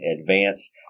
advance